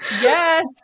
Yes